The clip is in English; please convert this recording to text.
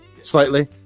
Slightly